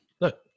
look